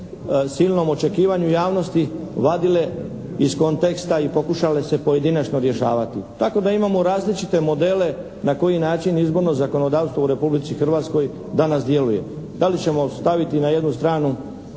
silnom očekivanju javnosti vadile iz konteksta i pokušale se pojedinačno rješavati. Tako da imamo različite modele na koji način izborno zakonodavstvo u Republici Hrvatskoj danas djeluje. Da li ćemo staviti na jednu stranu